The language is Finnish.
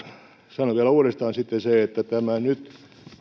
sanon vielä uudestaan sen että tämä